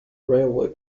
railway